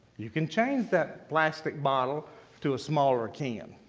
you can change that plastic bottle to a smaller can.